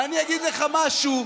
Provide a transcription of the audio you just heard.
ואני אגיד לך משהו: